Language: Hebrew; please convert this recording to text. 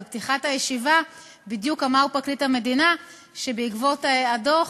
אבל בפתיחת הישיבה בדיוק אמר פרקליט המדינה שבעקבות הדוח